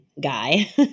guy